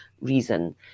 reason